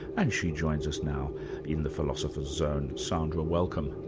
and she joins us now in the philosopher's zone. sandra, welcome.